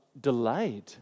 delayed